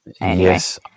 Yes